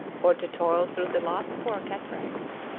or to toil through the last four cataracts.